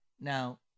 Now